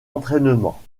entraînements